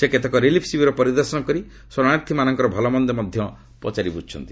ସେ କେତେକ ରିଲିଫ ଶିବିର ପରିଦର୍ଶନ କରି ଶରଣାର୍ଥୀମାନଙ୍କର ଭଲମନ୍ଦ ପଚାରି ବୃଝିଛନ୍ତି